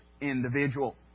individual